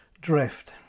drift